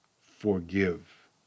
forgive